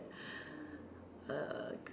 uh